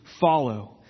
Follow